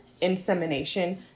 insemination